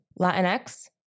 Latinx